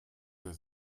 der